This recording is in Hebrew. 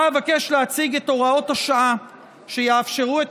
עתה אבקש להציג את הוראות השעה שיאפשרו את